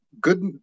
good